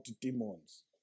demons